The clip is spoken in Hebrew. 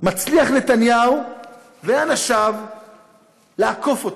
מצליחים נתניהו ואנשיו לעקוף אותנו,